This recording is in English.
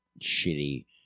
shitty